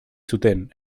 zuten